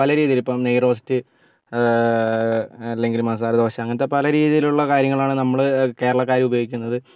പലരീതിയിലും നെയ് റോസ്റ്റ് ഇല്ലെങ്കിൽ മസാല ദോശ അങ്ങനത്തെ പലരീതിയിലുള്ള കാര്യങ്ങളാണ് നമ്മൾ കേരളക്കാർ ഉപയോഗിക്കുന്നത്